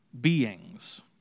beings